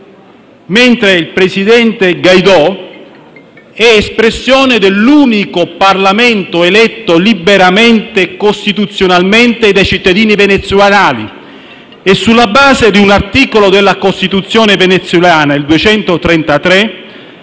mentre il presidente Guaidó è espressione dell'unico Parlamento eletto liberamente e costituzionalmente dai cittadini venezuelani; egli, sulla base di un articolo della Costituzione venezuelana (il 233),